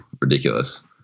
ridiculous